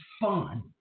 fun